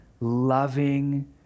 loving